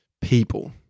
people